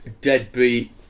deadbeat